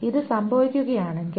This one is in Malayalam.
ഇത് സംഭവിക്കുകയാണെങ്കിൽ